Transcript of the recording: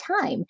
time